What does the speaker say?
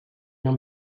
non